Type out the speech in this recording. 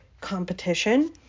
competition